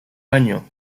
año